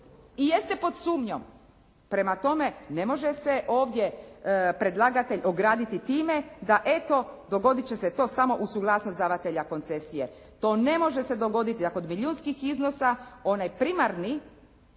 i jeste pod sumnjom. Prema tome ne može se ovdje predlagatelj ograditi time da eto dogoditi će se to samo uz suglasnost davatelja koncesije. To ne može se dogoditi, da kod milijunskih iznosa onaj primarni